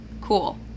cool